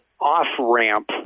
off-ramp